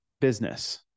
business